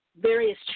various